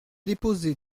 déposé